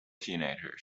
teenagers